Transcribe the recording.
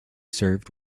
served